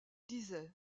disait